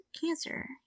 cancer